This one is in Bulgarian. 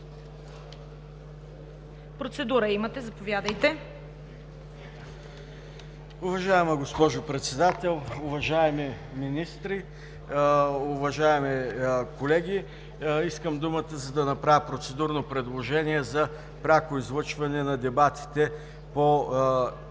процедура. ДАНАИЛ КИРИЛОВ (ГЕРБ): Уважаема госпожо Председател, уважаеми министри, уважаеми колеги! Искам думата, за да направя процедурно предложение за пряко излъчване на дебатите по днешната